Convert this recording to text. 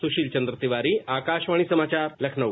सुशील चन्द्रव तिवारी आकाशवाणी समाचार लखनऊ